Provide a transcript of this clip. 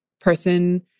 person